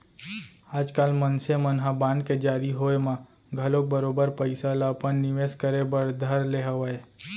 आजकाल मनसे मन ह बांड के जारी होय म घलौक बरोबर पइसा ल अपन निवेस करे बर धर ले हवय